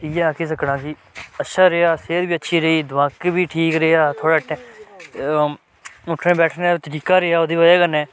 इ'यै आक्खी सकना कि अच्छा रेहा सेह्त बी अच्छी रेही दमाकै बी ठीक रेहा थोह्ड़ा उट्ठने बैठने दा तरीका रेहा ओह्दी बजह कन्नै